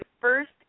first